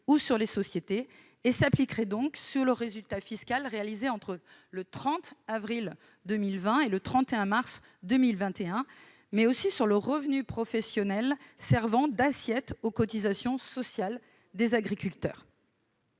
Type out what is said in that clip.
sur les sociétés. Il s'appliquerait donc au résultat fiscal réalisé entre le 30 avril 2020 et le 31 mars 2021, mais au revenu professionnel servant d'assiette aux cotisations sociales des agriculteurs.